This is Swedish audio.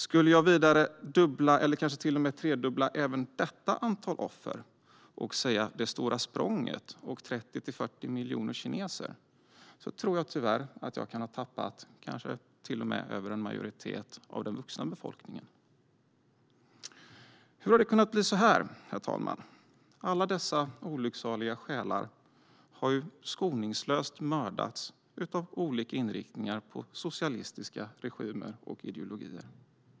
Skulle jag vidare dubbla eller kanske till och med tredubbla även detta antal offer och säga Stora språnget och 30-40 miljoner kineser tror jag tyvärr att jag kan ha tappat mer än en majoritet av den vuxna befolkningen. Hur har det kunnat bli så här, herr ålderspresident? Alla dessa olycksaliga själar har ju skoningslöst mördats av olika socialistiska regimer med olika inriktningar och ideologier.